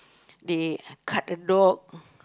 they cut the dog